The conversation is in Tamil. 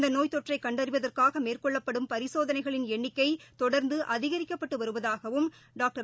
இந்தநோய்த்தொற்றைகண்டறிவதற்காகமேற்கொள்ளப்படும் பரிசோதனைகளின் எண்ணிக்கைதொடர்ந்துஅதிகரிக்கப்பட்டுவருவதாகவும் டாக்டர்